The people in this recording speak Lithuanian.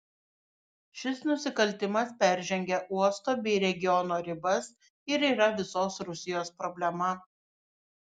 šis nusikaltimas peržengia uosto bei regiono ribas ir yra visos rusijos problema